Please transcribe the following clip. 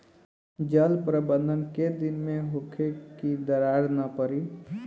जल प्रबंधन केय दिन में होखे कि दरार न पड़ी?